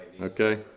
Okay